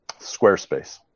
Squarespace